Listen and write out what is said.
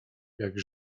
jak